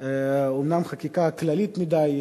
אומנם חקיקה כללית מדי,